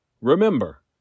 Remember